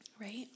right